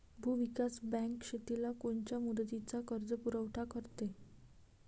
भूविकास बँक शेतीला कोनच्या मुदतीचा कर्जपुरवठा करते?